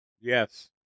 Yes